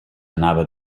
anava